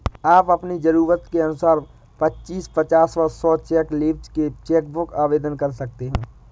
आप अपनी जरूरत के अनुसार पच्चीस, पचास व सौ चेक लीव्ज की चेक बुक आवेदन कर सकते हैं